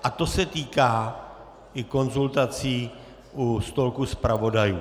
A to se týká i konzultací u stolku zpravodajů.